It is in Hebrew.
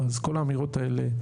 אז כל האמירות האלה,